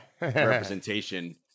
representation